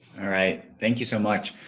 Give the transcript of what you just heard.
all right, thank you so much.